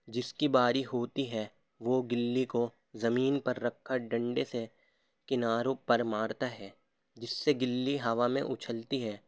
جس کی باری ہوتی ہے وہ گلی کو زمین پر رکھ کر ڈنڈے سے کناروں پر مارتا ہے جس سے گلی ہوا میں اچھلتی ہے